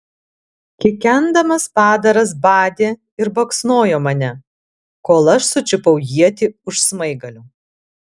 kikendamas padaras badė ir baksnojo mane kol aš sučiupau ietį už smaigalio